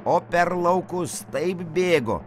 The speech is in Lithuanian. o per laukus taip bėgo